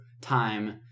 time